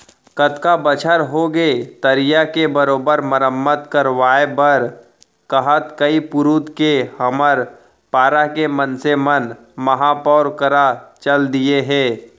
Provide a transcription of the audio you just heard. कतका बछर होगे तरिया के बरोबर मरम्मत करवाय बर कहत कई पुरूत के हमर पारा के मनसे मन महापौर करा चल दिये हें